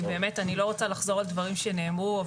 לא רוצה לחזור על דברים שנאמרו.